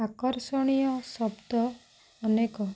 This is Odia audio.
ଆକର୍ଷଣୀୟ ଶବ୍ଦ ଅନେକ